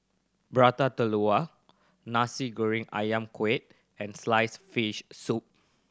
Prata Telur Nasi Goreng Ayam Kunyit and sliced fish soup